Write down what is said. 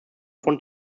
von